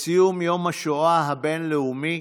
לציון יום השואה הבין-לאומי,